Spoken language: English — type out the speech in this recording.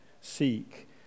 seek